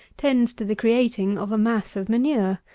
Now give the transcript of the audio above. tends to the creating of a mass of manure.